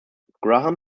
graham